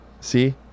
See